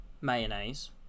mayonnaise